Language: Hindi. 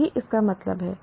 यही इसका मतलब है